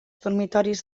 dormitoris